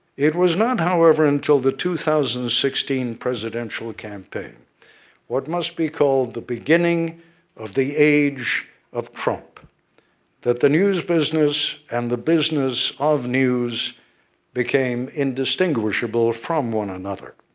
it was not, however, until the two thousand and sixteen presidential campaign what must be called the beginning of the age of trump that the news business and the business of news became indistinguishable from one another.